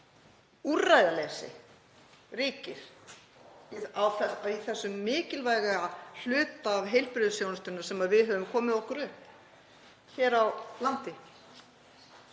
úrræðaleysi ríkir í þessum mikilvæga hluta heilbrigðisþjónustunnar sem við höfum komið okkur upp hér á landi?